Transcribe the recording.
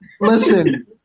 Listen